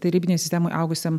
tarybinėj sistemoj augusiam